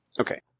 Okay